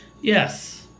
Yes